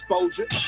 exposure